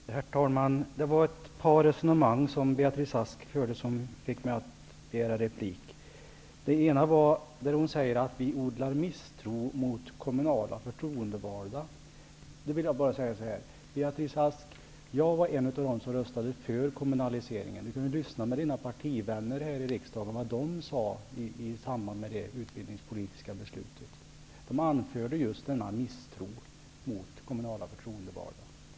Herr talman! Det var ett par resonemang som Beatrice Ask förde som fick mig att begära replik. I det ena sade hon att Vänsterpartiet odlar misstro mot kommunala förtroendevalda. Jag var en av dem som röstade för kommunaliseringen. Beatrice Ask kan lyssna på vad hennes partivänner sade i samband med det utbildningspolitiska beslutet. De anförde just denna misstro mot kommunala förtroendevalda.